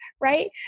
right